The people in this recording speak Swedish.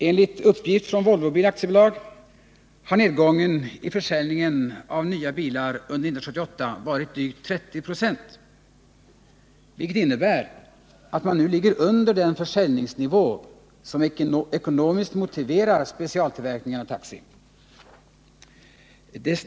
Enligt uppgift från Volvobil AB har nedgången i försäljningen av nya bilar under 1978 varit drygt 30 926, vilket innebär att man nu ligger under den försäljningsnivå som ekonomiskt motiverar specialtillverkningen av taxibilar.